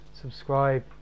subscribe